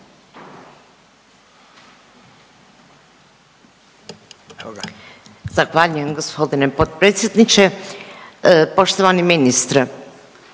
Zahvaljujem gospodine potpredsjedniče. Poštovani državni